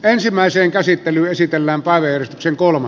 ensimmäisen käsittelyn esitellään paljon sen kolme